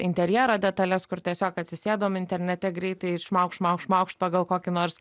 interjero detales kur tiesiog atsisėdom internete greitai šmaukšt šmaukšt šmaukšt pagal kokį nors